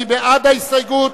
מי בעד ההסתייגות?